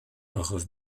ojos